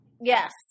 Yes